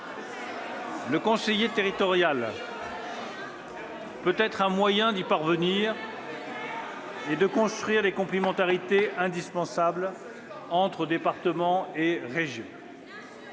Le conseiller territorial peut être un moyen d'y parvenir et de construire les complémentarités indispensables entre départements et régions.